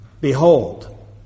behold